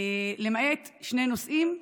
למעט שני נושאים: